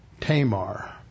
Tamar